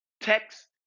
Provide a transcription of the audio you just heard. text